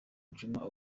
juma